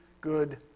good